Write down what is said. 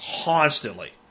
constantly